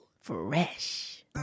Fresh